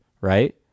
right